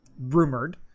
rumored